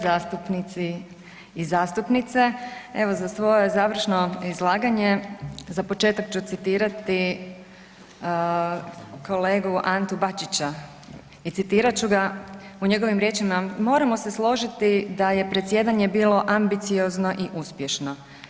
Zastupnici i zastupnice, evo za svoje završno izlaganje za početak ću citirati kolegu Antu Bačića i cirat ću ga u njegovim riječima „moramo se da je predsjedanje bilo ambiciozno i uspješno“